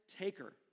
taker